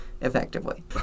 effectively